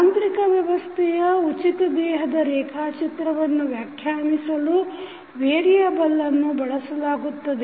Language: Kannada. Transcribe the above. ಯಾಂತ್ರಿಕ ವ್ಯವಸ್ಥೆಯ ಉಚಿತ ದೇಹದ ರೇಖಾಚಿತ್ರವನ್ನು ವ್ಯಾಖ್ಯಾನಿಸಲು ವೇರಿಯೆಬಲ್ಲನ್ನು ಬಳಸಲಾಗುತ್ತದೆ